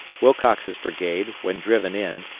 wilcox's brigade, when driven in,